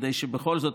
כדי שבכל זאת,